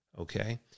Okay